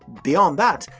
beyond that,